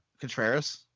Contreras